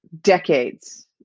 decades